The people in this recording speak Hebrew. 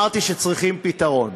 אמרתי שצריך פתרון.